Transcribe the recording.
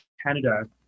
Canada